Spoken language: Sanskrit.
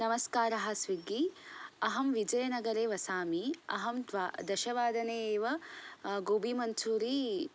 नमस्कारः स्विग्गि अहं विजयनगरे वसामि अहं द्वा दशवादने एव गोबीमञ्चूरी